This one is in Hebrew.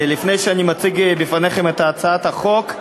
לפני שאני מציג בפניכם את הצעת החוק,